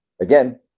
again